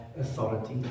authority